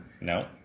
No